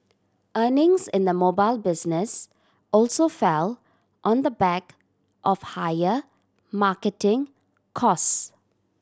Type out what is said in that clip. earnings in the mobile business also fell on the back of higher marketing cost